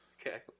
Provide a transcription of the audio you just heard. Okay